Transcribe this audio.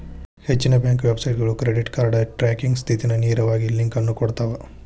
ಹೆಚ್ಚಿನ ಬ್ಯಾಂಕ್ ವೆಬ್ಸೈಟ್ಗಳು credit card tracking ಸ್ಥಿತಿಗ ನೇರವಾಗಿ ಲಿಂಕ್ ಅನ್ನು ಕೊಡ್ತಾವ